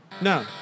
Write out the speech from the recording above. No